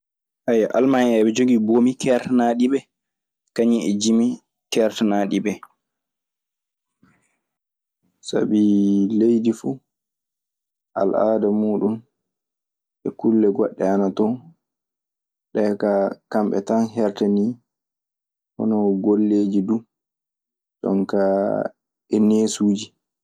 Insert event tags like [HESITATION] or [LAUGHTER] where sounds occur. [HESITATION] Almañ hen eɓe jogi ɓomi kertanaɗi ɓe, kañum e jimi kertanaɗi kertanaɗi ɓe. Sabi leydi fu al aada muuɗun e kulle goɗɗe ana ton, ɗee kaa kamɓe tan hertanii hono golleeji du, jonkaa e neesuuji.